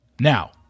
Now